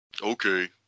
Okay